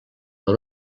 per